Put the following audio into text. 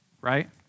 right